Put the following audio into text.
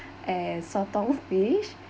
and sotong fish